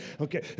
Okay